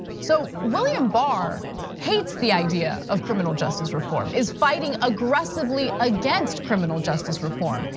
so william barr hates the idea of criminal justice reform, is fighting aggressively against criminal justice reform.